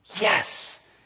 yes